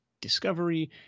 discovery